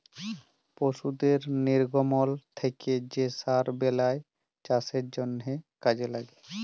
পশুদের লির্গমল থ্যাকে যে সার বেলায় চাষের জ্যনহে কাজে ল্যাগে